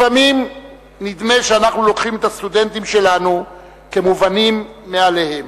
לפעמים נדמה שאנחנו לוקחים את הסטודנטים שלנו כמובנים מאליהם,